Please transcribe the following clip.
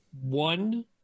one